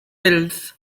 pills